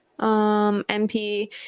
MP